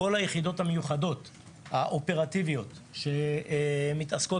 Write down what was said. כל היחידות המיוחדות האופרטיביות שמתעסקות